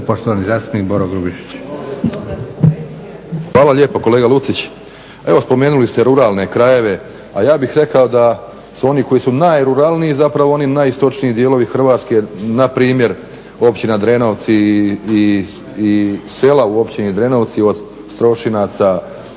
Hvala lijepo. Kolega Lucić, evo spomenuli ste ruralne krajeve. A ja bih rekao da su oni koji su najruralniji zapravo oni najistočniji dijelovi Hrvatske npr. općina Drenovci i sela u općini Drenovci, od Strošinaca